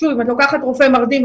אם את לוקחת רופא מרדים,